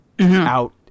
out